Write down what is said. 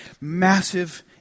massive